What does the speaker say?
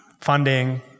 funding